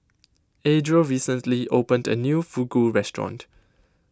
Adriel recently opened a new Fugu restaurant